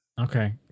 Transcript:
Okay